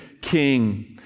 king